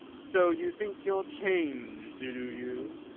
so you think you're changed, do you?